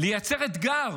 לייצר אתגר